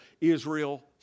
Israel